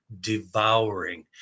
devouring